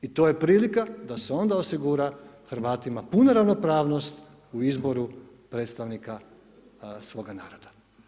I to je prilika da se onda osigura Hrvatima puna ravnopravnost u izboru predstavnika svoga naroda.